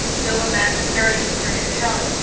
though a man of very inferior talent,